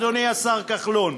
אדוני השר כחלון.